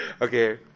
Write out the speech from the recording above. Okay